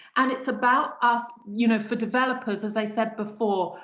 and it's about us, you know for developers, as i said before,